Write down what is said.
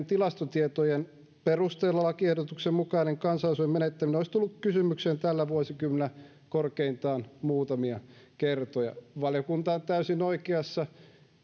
tilastotietojen perusteella lakiehdotuksen mukainen kansalaisuuden menettäminen olisi tullut kysymykseen tällä vuosikymmenellä korkeintaan muutamia kertoja valiokunta on täysin oikeassa